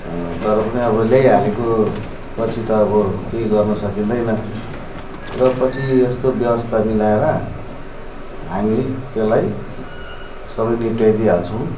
तर पनि अब ल्याइहालेको पछि त अब केही गर्न सकिँदैन र पछि यस्तो व्यवस्था मिलाएर हामी त्यसलाई सबै निप्टाई दिइहाल्छौँ